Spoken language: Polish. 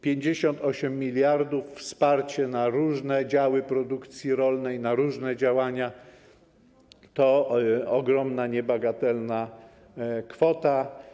58 mld wsparcia na różne działy produkcji rolnej, na różne działania to ogromna, niebagatelna kwota.